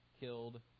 killed